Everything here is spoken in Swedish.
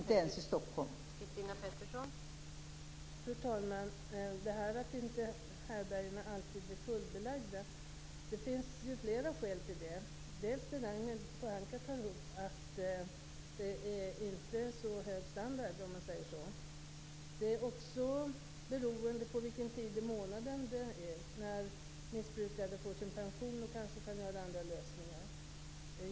Fru talman! Det finns flera skäl till att härbärgena inte alltid är fullbelagda, bl.a. det Ragnhild Pohanka tar upp om att det inte är så hög standard på dem. Det är också beroende på vilken tid i månaden det är. När missbrukare får sin pension kan de kanske hitta andra lösningar.